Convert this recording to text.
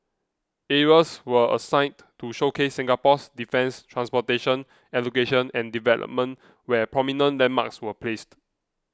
areas were assigned to showcase Singapore's defence transportation education and development where prominent landmarks were placed